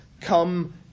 come